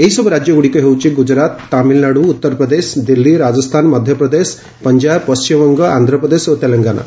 ଏହିସବୁ ରାଜ୍ୟଗୁଡ଼ିକ ହେଉଛି ଗୁଜରାତ ତାମିଲନାଡୁ ଉତ୍ତରପ୍ରଦେଶ ଦିଲ୍ଲୀ ରାଜସ୍ଥାନ ମଧ୍ୟପ୍ରଦେଶ ପଞ୍ଜାବ ପଶ୍ଚିମବଙ୍ଗ ଆନ୍ଧ୍ରପ୍ରଦେଶ ଓ ତେଲଙ୍ଗାନା